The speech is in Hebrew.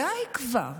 די כבר,